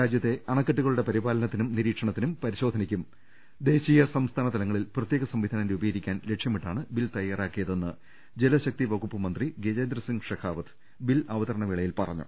രാജ്യത്തെ അണക്കെട്ടുക ളുടെ പരിപാലനത്തിനും നിരീക്ഷണത്തിനും പരിശോധനക്കും ദേശീയ സം സ്ഥാന തലങ്ങളിൽ പ്രത്യേക സംവിധാനം രൂപീകരിക്കാൻ ലക്ഷ്യമിട്ടാണ് ബിൽ തയ്യാറാക്കിയതെന്ന് ജലശക്തി വകുപ്പ് മന്ത്രി ഗജേന്ദ്രസിംഗ് ഷെഖാവത്ത് ബിൽ അവതരണ വേളയിൽ പറഞ്ഞു